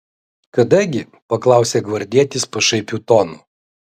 kada gi paklausė gvardietis pašaipiu tonu